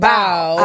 Bow